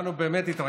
כולנו באמת התרגשנו